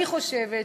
אני חושבת,